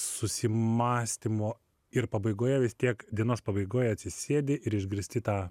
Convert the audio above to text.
susimąstymo ir pabaigoje vis tiek dienos pabaigoj atsisėdi ir išgirsti tą